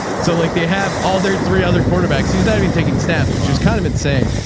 so like they have all their three other quarterbacks. he's not even taking snaps, which is kind of insane.